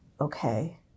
okay